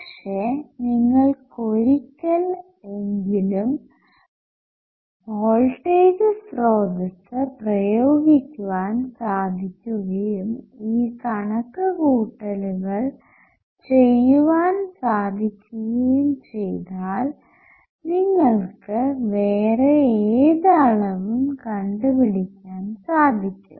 പക്ഷെ നിങ്ങൾക്ക് ഒരിക്കൽ എങ്കിലും വോൾടേജ് സ്രോതസ്സ് പ്രയോഗിക്കാൻ സാധിക്കുകയും ഈ കണക്ക് കൂട്ടലുകൾ ചെയ്യുവാൻ സാധിക്കുകയും ചെയ്താൽ നിങ്ങൾക്ക് വേറെ ഏത് അളവും കണ്ടുപിടിക്കാൻ സാധിക്കണം